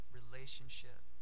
relationship